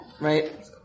right